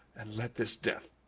and let this death,